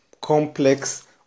complex